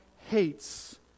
hates